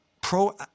Pro